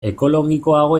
ekologikoago